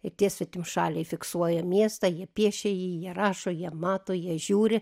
ir tie svetimšaliai fiksuoja miestą jie piešia jie rašo jie mato jie žiūri